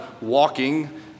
walking